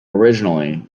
originally